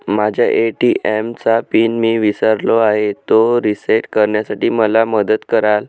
माझ्या ए.टी.एम चा पिन मी विसरलो आहे, तो रिसेट करण्यासाठी मला मदत कराल?